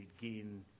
begin